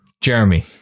Jeremy